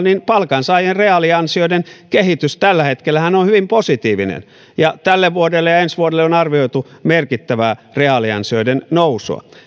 niin palkansaajien reaaliansioiden kehitys tällä hetkellähän on hyvin positiivinen ja tälle vuodelle ja ensi vuodelle on arvioitu merkittävää reaaliansioiden nousua